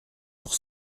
pour